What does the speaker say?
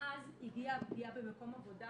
ואז הגיעה הפגיעה במקום העבודה